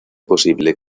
posible